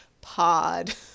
Pod